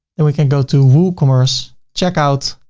then we can go to woocommerce checkout.